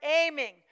aiming